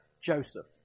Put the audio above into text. Joseph